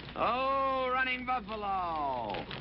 ah running buffalo.